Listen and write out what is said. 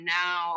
now